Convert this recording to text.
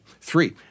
Three